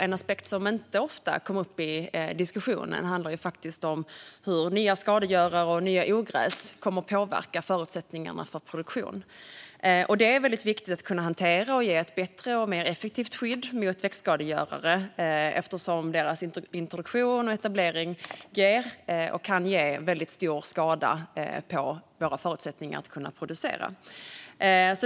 En aspekt som inte ofta kommer upp i diskussionen handlar om hur nya skadegörare och nya ogräs kommer att påverka förutsättningarna för produktion. Det är väldigt viktigt att kunna hantera och ge ett bättre och mer effektivt skydd mot växtskadegörare eftersom deras introduktion och etablering ger och kan ge väldigt stor skada på våra förutsättningar att producera.